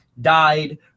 died